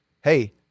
hey